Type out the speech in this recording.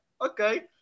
Okay